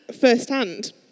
firsthand